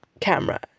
camera